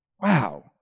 wow